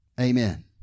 Amen